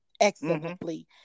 excellently